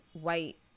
white